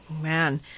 Man